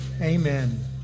Amen